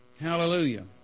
Hallelujah